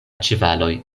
ĉevaloj